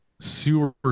sewer